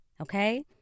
okay